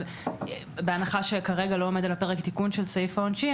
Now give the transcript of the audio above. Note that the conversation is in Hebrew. אבל בהנחה שכרגע לא עומד על הפרק תיקון של סעיף העונשין